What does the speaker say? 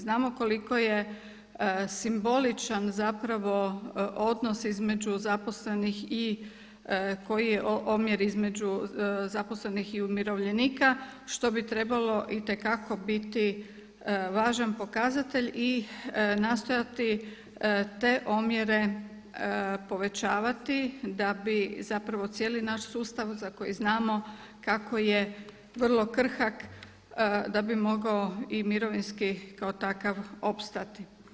Znamo koliko je simboličan zapravo odnos između zaposlenih i koji je omjer između zaposlenih i umirovljenika što bi trebalo itekako biti važan pokazatelj i nastojati te omjere povećavati da bi zapravo cijeli naš sustav za koji znamo kako je vrlo krhak, da bi mogao i mirovinski kao takav opstati.